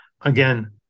Again